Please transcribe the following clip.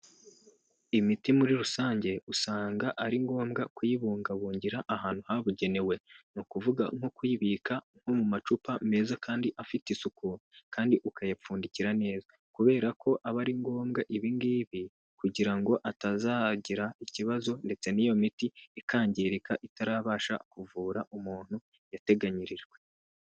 Imiti muri rusange usanga ari ngombwa kuyibungabungira ahantu habugenewe. Ni ukuvuga nko kuyibika nko mu macupa meza kandi afite isuku kandi ukayapfundikira neza. Kubera ko aba ari ngombwa ibi ngibi kugira ngo atazagira ikibazo ndetse n'iyo miti ikangirika itarabasha kuvura umuntu yateganyirijwe.